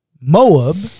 Moab